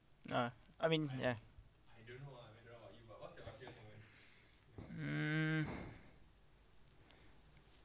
ah I mean ya mm